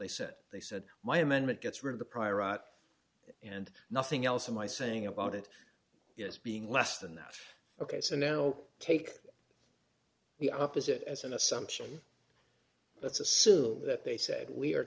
they said they said my amendment gets rid of the prior rot and nothing else so my saying about it is being less than that ok so now take the opposite as an assumption let's assume that they say we are